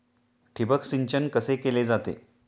ठिबक सिंचन कसे केले जाते?